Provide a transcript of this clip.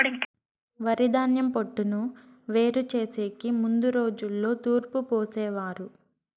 వరిధాన్యం పొట్టును వేరు చేసెకి ముందు రోజుల్లో తూర్పు పోసేవారు